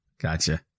Gotcha